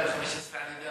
היו שתי הכרזות של המשרד,